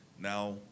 Now